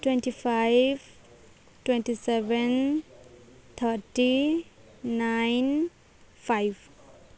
twenty five twenty seven thirty nine five